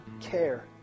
care